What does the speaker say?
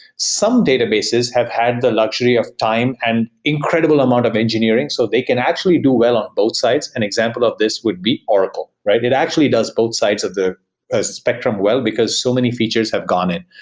some databases have had the luxury of time and incredible amount of engineering so they can actually do well on both sides. an example of this would be oracle. it actually does both sides of the ah spectrum well, because so many features have gone in.